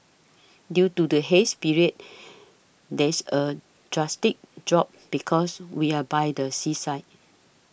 due to the haze period there's a drastic drop because we are by the seaside